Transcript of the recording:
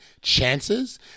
chances